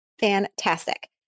Fantastic